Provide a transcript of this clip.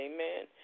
Amen